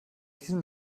diesen